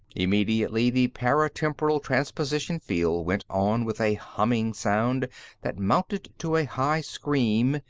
immediately, the paratemporal-transposition field went on with a humming sound that mounted to a high scream,